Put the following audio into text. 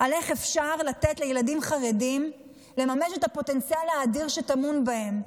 על איך אפשר לתת לילדים חרדים לממש את הפוטנציאל האדיר שטמון בהם.